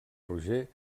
roger